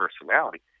personality